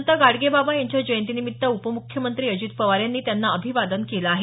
संत गाडगेबाबा यांच्या जयंतीनिमित्त उपम्ख्यमंत्री अजित पवार यांनी त्यांना अभिवादन केलं आहे